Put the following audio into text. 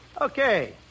Okay